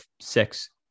six